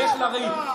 לך לריב.